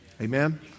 Amen